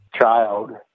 child